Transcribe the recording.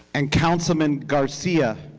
and councilman garcia,